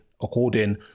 according